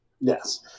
Yes